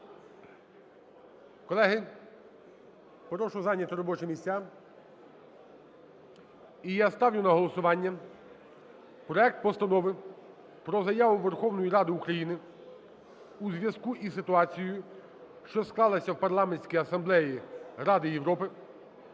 Колеги, прошу зайняти робочі місця. І я ставлю на голосування проект Постанови про Заяву Верховної Ради України у зв'язку із ситуацією, що склалася в Парламентській Асамблеї Ради Європи